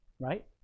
Right